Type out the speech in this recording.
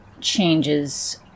changes